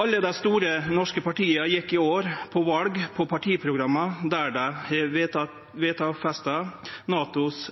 Alle dei store norske partia gjekk i år til val på partiprogram der dei har vedteke NATOs